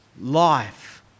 Life